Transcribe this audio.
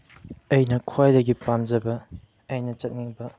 ꯑꯩꯅ ꯈ꯭ꯋꯥꯏꯗꯒꯤ ꯄꯥꯝꯖꯕ ꯑꯩꯅ ꯆꯠꯅꯤꯡꯕ